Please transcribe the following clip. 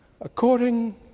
according